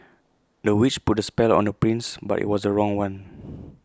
the witch put A spell on the prince but IT was A wrong one